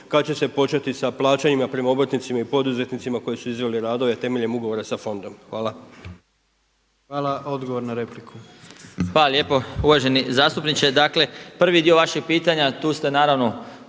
kada će se početi sa plaćanjima prema obrtnicima i poduzetnicima koji su izveli radove temeljem ugovora sa fondom. Hvala. **Jandroković, Gordan (HDZ)** Odgovor na repliku. **Marić, Zdravko** Hvala lijepo. Uvaženi zastupniče. Dakle prvi dio vašeg pitanja, tu ste naravno